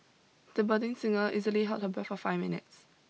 the budding singer easily held her breath for five minutes